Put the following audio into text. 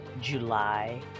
July